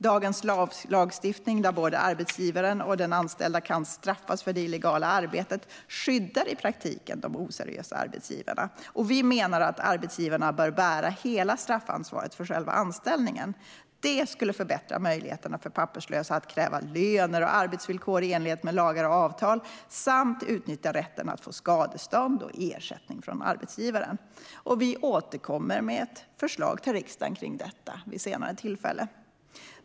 Dagens lagstiftning, där både arbetsgivaren och den anställde kan straffas för det illegala arbetet, skyddar i praktiken de oseriösa arbetsgivarna. Vi menar att arbetsgivarna bör bära hela straffansvaret för själva anställningen. Det skulle förbättra möjligheterna för papperslösa att kräva löner och arbetsvillkor i enlighet med lagar och avtal samt att utnyttja rätten att få skadestånd och ersättning från arbetsgivaren. Vi återkommer till riksdagen med ett förslag om detta vid ett senare tillfälle.